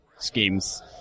Schemes